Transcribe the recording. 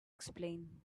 explain